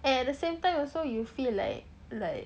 at the same time also you feel like like